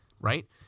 right